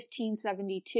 1572